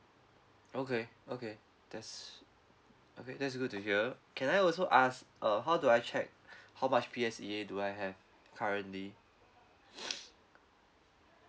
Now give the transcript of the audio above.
okay okay that's okay that's good to hear can I also ask uh how do I check how much P_S_E_A do I have currently